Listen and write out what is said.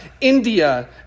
India